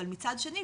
אבל מצד שני,